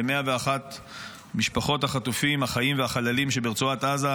ל-101 משפחות החטופים החיים והחללים ברצועת עזה,